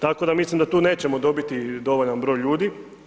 Tako da mislim da tu nećemo dobiti dovoljan broj ljudi.